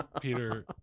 Peter